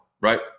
right